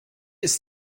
ist